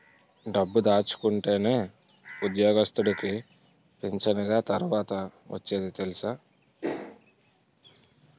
డబ్బు దాసుకుంటేనే ఉద్యోగస్తుడికి పింఛనిగ తర్వాత ఒచ్చేది తెలుసా